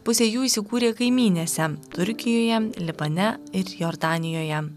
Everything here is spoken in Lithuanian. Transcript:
pusė jų įsikūrė kaimyninėse turkijoje libane ir jordanijoje